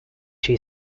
she